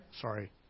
sorry